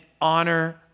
honor